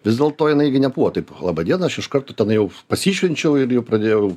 vis dėl to jinai gi nebuvo taip laba diena aš iš karto tenai jau pasišvenčiau ir jau pradėjau